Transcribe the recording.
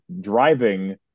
driving